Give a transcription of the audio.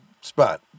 spot